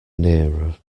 nearer